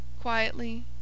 quietly